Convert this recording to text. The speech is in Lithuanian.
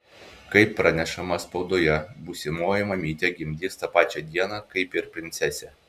kaip pranešama spaudoje būsimoji mamytė gimdys tą pačią dieną kaip ir princesė